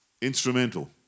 instrumental